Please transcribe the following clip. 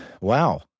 Wow